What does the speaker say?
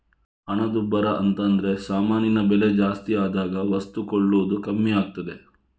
ಹಣದುಬ್ಬರ ಅಂತದ್ರೆ ಸಾಮಾನಿನ ಬೆಲೆ ಜಾಸ್ತಿ ಆದಾಗ ವಸ್ತು ಕೊಳ್ಳುವುದು ಕಮ್ಮಿ ಆಗ್ತದೆ